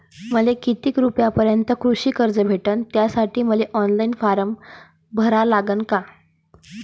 मले किती रूपयापर्यंतचं कृषी कर्ज भेटन, त्यासाठी मले ऑनलाईन फारम भरा लागन का?